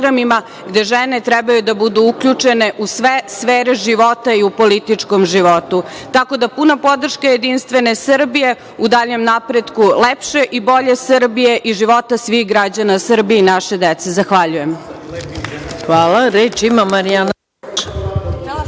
gde žene trebaju da budu uključene u sve sfere života i političkom životu. Tako da puno podrške JS u daljem napretku lepše i bolje Srbije i života svih građana Srbije i naše dece. Zahvaljujem.